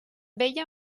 veia